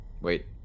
Wait